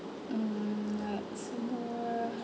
mm